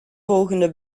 volgende